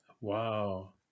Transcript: Wow